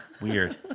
Weird